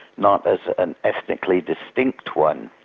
not as an ethnically distinct one.